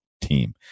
team